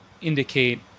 indicate